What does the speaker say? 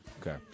Okay